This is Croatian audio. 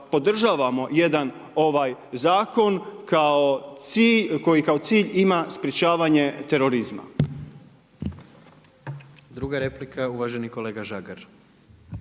podržavamo jedan ovaj zakon, koji kao cilj ima sprječavanje terorizma.